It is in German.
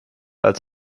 als